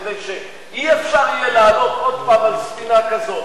כדי שאי-אפשר יהיה לעלות שוב על ספינה כזאת,